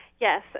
Yes